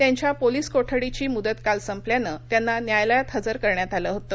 त्यांच्या पोलीस कोठडीची मुदत काल संपल्याने त्यांना न्यायालयात हजर करण्यात आलं होतं